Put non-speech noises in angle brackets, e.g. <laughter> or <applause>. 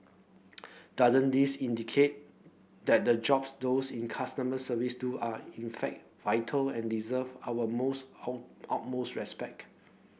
doesn't this indicate that the jobs those in customer service do are in fact vital and deserve our most <unintelligible> utmost respect